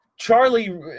Charlie